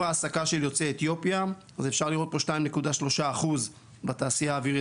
העסקה של יוצאי אתיופיה אפשר לראות פה 2.3% בתעשייה האווירית.